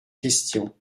question